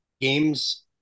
games